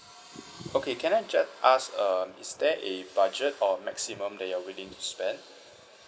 okay can I just ask uh is there a budget or maximum that you are willing to spend